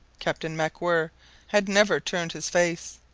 captain macwhirr had never turned his face,